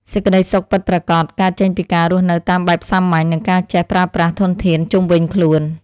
សេចក្តីសុខពិតប្រាកដកើតចេញពីការរស់នៅតាមបែបសាមញ្ញ និងការចេះប្រើប្រាស់ធនធានជុំវិញខ្លួន។